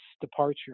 departure